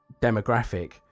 demographic